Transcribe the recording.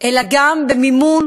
אלא גם במימון,